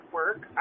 work